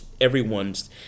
everyone's